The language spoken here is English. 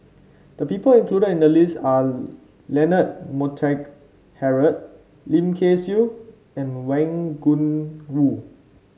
the people included in the list are Leonard Montague Harrod Lim Kay Siu and Wang Gungwu